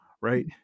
right